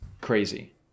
crazy